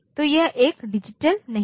तो यह एक डिजिटल नहीं है